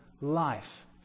life